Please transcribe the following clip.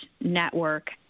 network